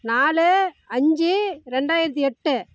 நாலு அஞ்சு ரெண்டாயிரத்தி எட்டு